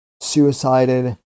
suicided